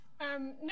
no